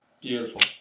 Beautiful